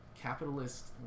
capitalist